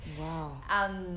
Wow